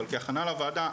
אבל כהכנה לוועדה,